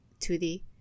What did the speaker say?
2D